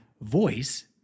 voice